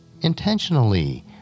intentionally